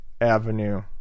avenue